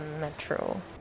metro